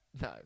no